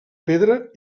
pedra